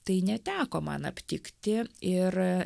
tai neteko man aptikti ir